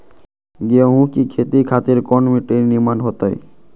गेंहू की खेती खातिर कौन मिट्टी निमन हो ताई?